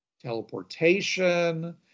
teleportation